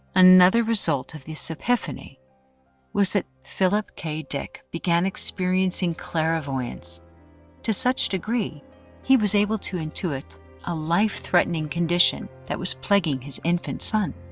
another result of this epiphany was that philip k. dick began experiencing clairvoyance to such degree he was able to intuit a life-threatening condition that was plaguing his infant son,